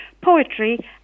poetry